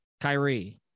Kyrie